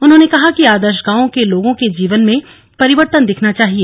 उन्होंने कहा कि आदर्श गांवों के लोगों के जीवन में परिवर्तन दिखना चाहिए